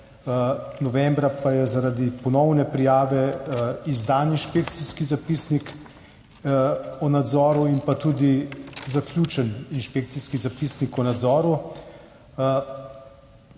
novembra pa je bil zaradi ponovne prijave izdan inšpekcijski zapisnik o nadzoru in tudi zaključen inšpekcijski zapisnik o nadzoru.